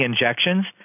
injections